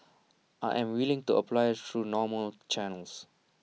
I'm willing to apply through normal channels